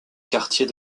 quartier